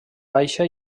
baixa